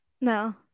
no